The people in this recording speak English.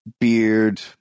beard